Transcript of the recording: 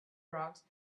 rocks